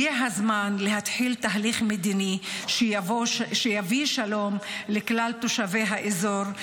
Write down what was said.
הגיע הזמן להתחיל תהליך מדיני שיביא שלום לכלל תושבי האזור,